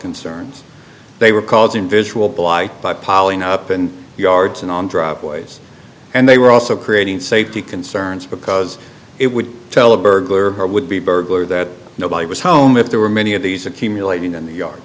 concerns they were causing visual blight by piling up and yards and on driveways and they were also creating safety concerns because it would tell a burglar or would be burglar that nobody was home if there were many of these accumulating